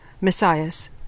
Messias